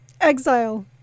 exile